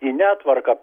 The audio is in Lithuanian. i netvarka